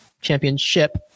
Championship